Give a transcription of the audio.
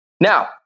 Now